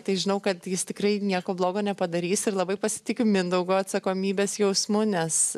tai žinau kad jis tikrai nieko blogo nepadarys ir labai pasitikiu mindaugo atsakomybės jausmu nes